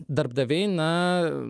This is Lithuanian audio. darbdaviai na